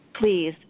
Please